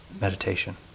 meditation